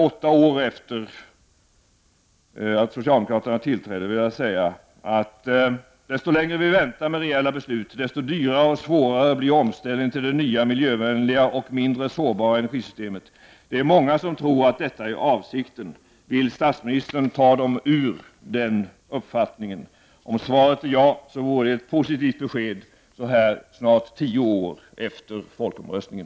Åtta år efter det att socialdemokraterna tillträdde vill jag säga att ju längre vi väntar med reella beslut, desto dyrare och svårare blir omställningen till det nya, miljövänliga och mindre sårbara energisystemet. Det är många som tror att detta är avsikten. Vill statsministern ta dem ur den uppfattningen? Om svaret är ja, vore det ett positivt besked så här snart tio efter folkomröstningen.